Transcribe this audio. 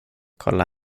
kolla